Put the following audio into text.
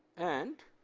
and